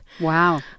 Wow